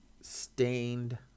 stained